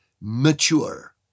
mature